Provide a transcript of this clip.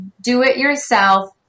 do-it-yourself